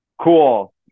cool